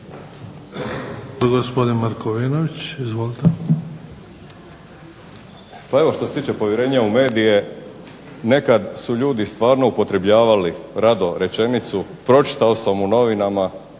Pa evo što se tiče povjerenja u medije, nekad su ljudi stvarno upotrebljavali rado rečenicu pročitao sam u novinama,